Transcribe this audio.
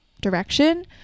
direction